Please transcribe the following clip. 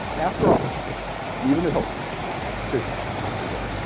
after all even at home physics is everything.